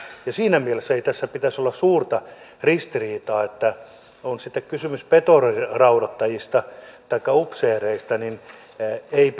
ja siinä mielessä ei tässä pitäisi olla suurta ristiriitaa on sitten kysymys betoniraudoittajista taikka upseereista ei